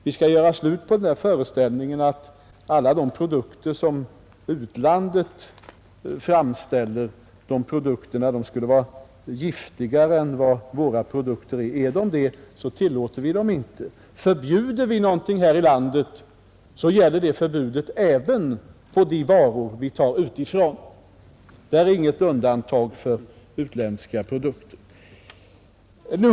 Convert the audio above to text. Vi skall göra slut på föreställningen att alla de produkter som utlandet framställer skulle vara giftigare än våra produkter är. Om så är fallet tillåter vi inte att de säljs. Förbjuder vi någonting här i landet gäller det förbudet även för de varor vi tar in utifrån. Det görs inga undantag för utländska produkter.